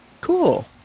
Cool